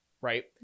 right